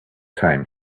time